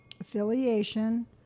Affiliation